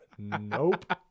Nope